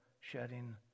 shedding